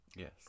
Yes